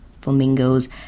flamingos